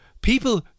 People